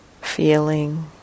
feeling